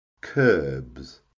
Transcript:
curbs